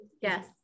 yes